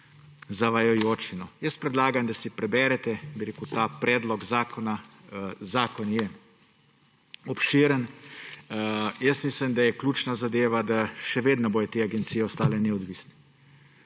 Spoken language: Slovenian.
zavajajoči. Jaz predlagam, da si preberete ta predlog zakona. Zakon je obširen. Jaz mislim, da je ključna zadeva, da še vedno bodo te agencije ostale neodvisne.